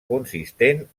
consistent